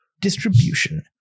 distribution